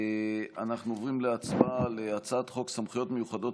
אנחנו עוברים להצבעה על הצעת חוק סמכויות מיוחדות